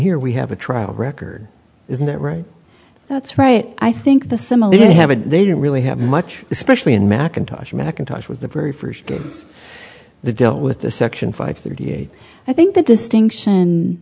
here we have a trial record isn't that right that's right i think the similar they haven't they don't really have much especially in mcintosh mcintosh was the very first gets the deal with the section five thirty eight i think the distinction